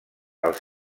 els